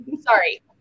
Sorry